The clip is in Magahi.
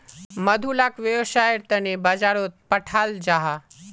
मधु लाक वैव्सायेर तने बाजारोत पठाल जाहा